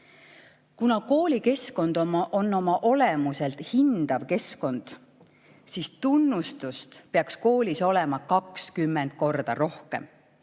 Kuna koolikeskkond on oma olemuselt hindav keskkond, siis tunnustust peaks koolis olema 20 korda rohkem. Teame